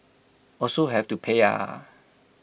also have to pay ah